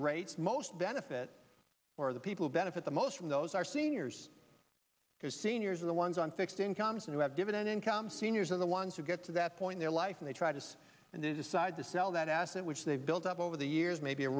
rates most benefit the people who benefit the most from those are seniors because seniors are the ones on fixed incomes and who have dividend income seniors are the ones who get to that point their life and they try to and they decide to sell that asset which they've built up over the years maybe a